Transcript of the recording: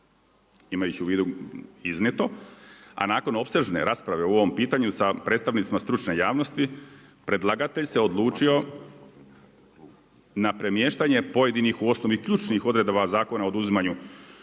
Imajući u vidu iznijeto, a nakon opsežne rasprave u ovom pitanju sa predstavnicima stručne javnosti predlagatelj se odlučio na premještanje pojedinih u osnovi ključnih odredaba Zakona o oduzimanju